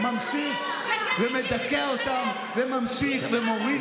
לוקח זכויות נשים וממשיך ומדכא אותן וממשיך ומוריד